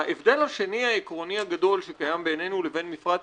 ההבדל השני העקרוני הגדול שקיים בינינו לבין מפרץ